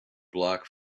blocked